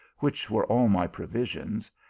which were all my provisions,